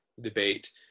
debate